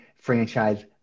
franchise